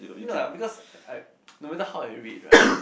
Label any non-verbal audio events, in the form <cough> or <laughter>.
no ah because I I <noise> no matter how I read right